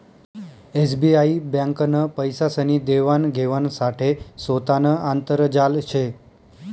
SBI ब्यांकनं पैसासनी देवान घेवाण साठे सोतानं आंतरजाल शे